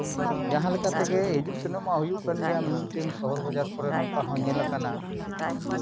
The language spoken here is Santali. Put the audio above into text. ᱡᱟᱦᱟᱸ ᱞᱮᱠᱟ ᱛᱮᱜᱮ ᱦᱤᱡᱩᱜ ᱥᱮᱱᱚᱜ ᱢᱟ ᱦᱩᱭᱩᱜ ᱠᱟᱱ ᱜᱮᱭᱟ ᱢᱤᱢᱤᱫᱴᱤᱱ ᱥᱚᱦᱚᱨ ᱵᱟᱡᱟᱨ ᱠᱚᱨᱮ ᱱᱚᱝᱠᱟ ᱦᱚᱸ ᱧᱮᱞ ᱠᱟᱱᱟ